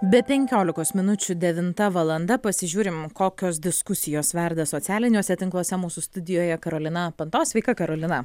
be penkiolikos minučių devinta valanda pasižiūrim kokios diskusijos verda socialiniuose tinkluose mūsų studijoje karolina panto sveika karolina